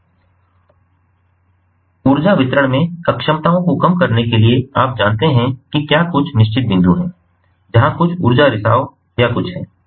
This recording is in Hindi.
ऊर्जा वितरण में अक्षमताओं को कम करने के लिए आप जानते हैं कि क्या कुछ निश्चित बिंदु हैं जहां कुछ ऊर्जा रिसाव या कुछ है